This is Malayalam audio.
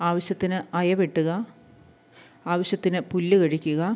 ആവശ്യത്തിന് അയവെട്ടുക ആവശ്യത്തിന് പുല്ല് കഴിക്കുക